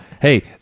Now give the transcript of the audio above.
Hey